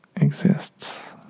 exists